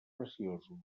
preciosos